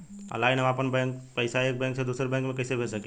Online हम आपन पैसा एक बैंक से दूसरे बैंक में कईसे भेज सकीला?